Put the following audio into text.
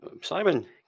Simon